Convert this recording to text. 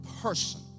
person